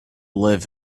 live